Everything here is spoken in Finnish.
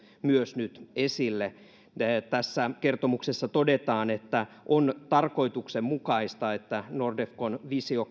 myös nostettu nyt esille tässä kertomuksessa todetaan että on tarkoituksenmukaista että nordefcon visio